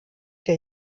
der